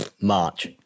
March